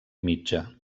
mitja